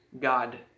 God